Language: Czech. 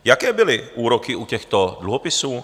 Jaké byly úroky u těchto dluhopisů?